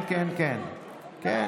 כן כן כן.